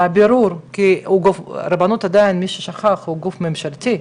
כי הרבנות היא עדיין גוף ממשלתי,